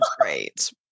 great